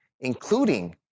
including